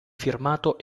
firmato